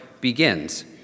begins